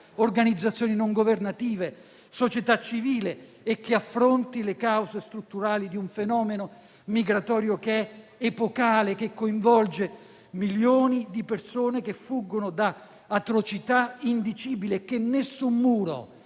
organizzazioni non governative e società civile e che affronti le cause strutturali di un fenomeno migratorio che è epocale e che coinvolge milioni di persone, che fuggono da atrocità indicibili e che nessun muro